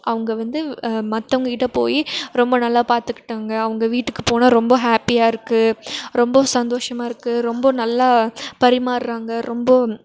அவங்க வந்து மற்றவங்கக்கிட்ட போய் ரொம்ப நல்லா பார்த்துக்கிட்டாங்க அவங்க வீட்டுக்கு போனால் ரொம்ப ஹேப்பியாக இருக்குது ரொம்ப சந்தோஷமாக இருக்குது ரொம்ப நல்லா பரிமாறுறாங்க ரொம்ப